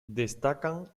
destacan